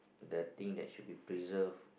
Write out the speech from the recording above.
the thing that should be preserved